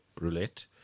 Roulette